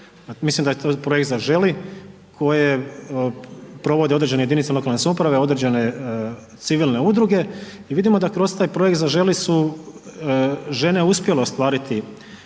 mislim da je to projekt „Zaželi“ koji provode određene jedinice lokalne samouprave, određene civilne udruge i vidimo da kroz taj projekt „Zaželi“ su žene uspjele ostvariti